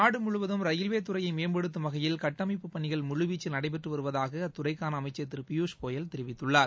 நாடு முழுவதும் ரயில்வே துறையை மேம்படுத்தும் வகையில் கட்டமைப்பு பணிகள் முழுவீச்சில் நடைபெற்று வருவதாக அத்துறைக்கான அமைச்சர் திரு பியூஸ்கோயல் தெரிவித்துள்ளார்